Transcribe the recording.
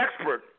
expert